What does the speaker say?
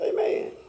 Amen